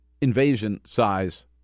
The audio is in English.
invasion-size